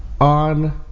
on